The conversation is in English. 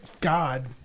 God